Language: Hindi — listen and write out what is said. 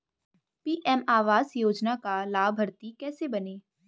पी.एम आवास योजना का लाभर्ती कैसे बनें?